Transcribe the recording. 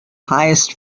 highest